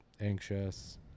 anxious